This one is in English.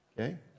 Okay